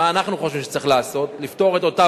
מה שאנחנו חושבים שצריך לעשות כדי לפתור את אותה